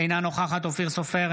אינה נוכחת אופיר סופר,